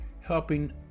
helping